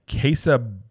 queso